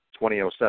2007